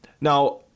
Now